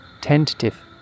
...tentative